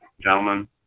gentlemen